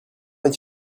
est